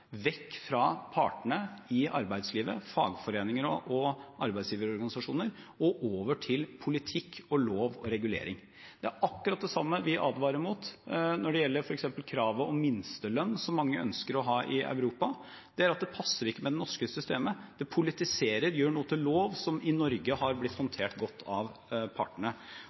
vekk fra partene i arbeidslivet – fagforeninger og arbeidsgiverorganisasjoner – og over til politikk og lov og regulering. Det er akkurat det samme vi advarer mot når det gjelder f.eks. kravet om minstelønn, som mange ønsker å ha i Europa: Det passer ikke med det norske systemet, det politiserer, gjør noe som i Norge har blitt håndtert godt av partene,